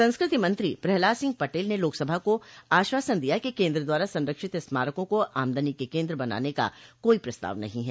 संस्कृति मंत्री प्रहलाद सिंह पटेल ने लोकसभा को आश्वासन दिया कि केन्द्र द्वारा संरक्षित स्मारकों को आमदनी के केन्द्र बनाने का कोई प्रस्ताव नहीं है